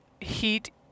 heat